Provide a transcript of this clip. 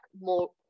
more